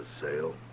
Sale